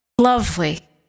Lovely